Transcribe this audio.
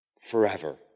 forever